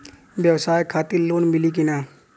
ब्यवसाय खातिर लोन मिली कि ना?